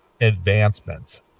advancements